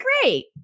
great